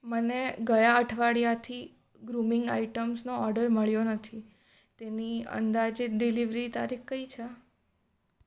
મને ગયાં અઠવાડિયાથી ગ્રુમિંગ આઇટમ્સનો ઓર્ડર મળ્યો નથી તેની અંદાજીત ડિલિવરી તારીખ કઈ છે